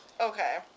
okay